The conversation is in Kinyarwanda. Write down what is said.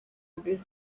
mbere